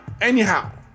Anyhow